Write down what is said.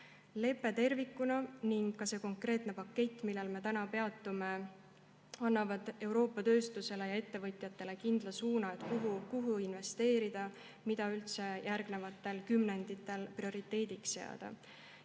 Lepe tervikuna ning ka see konkreetne pakett, millel me täna peatume, annavad Euroopa tööstusele ja ettevõtjatele kindla suuna, kuhu investeerida ning mida üldse järgnevatel kümnenditel prioriteediks seada.